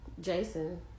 Jason